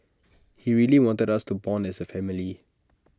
he really wanted us to Bond as A family